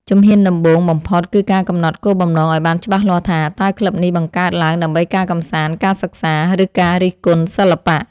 ជំហានដំបូងបំផុត គឺការកំណត់គោលបំណងឱ្យបានច្បាស់លាស់ថា តើក្លឹបនេះបង្កើតឡើងដើម្បីការកម្សាន្ត ការសិក្សា ឬការរិះគន់សិល្បៈ។